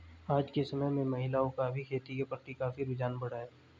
आज के समय में महिलाओं का भी खेती के प्रति काफी रुझान बढ़ा है